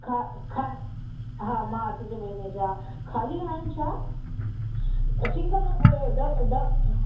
हा हा हा मार्च जे महीने जा ख़ाली आहिनि छा सिंगल ड ड ड